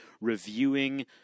reviewing